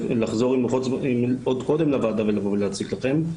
לחזור עוד קודם לוועדה ולהציג לכם,